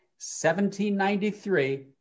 1793